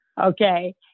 okay